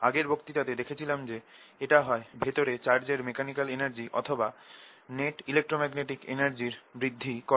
আগের বক্তৃতাতে দেখেছিলাম যে এটা হয় ভেতরে চার্জের মেকানিকাল এনার্জি অথবা নেট ইলেক্ট্রোম্যাগনেটিক এনার্জি র বৃদ্ধি করে